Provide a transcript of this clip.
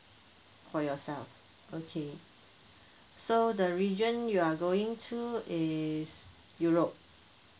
for yourself okay so the region you are going to is europe